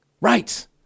Right